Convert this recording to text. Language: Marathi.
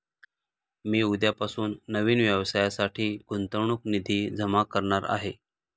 मी उद्यापासून नवीन व्यवसायासाठी गुंतवणूक निधी जमा करणार आहे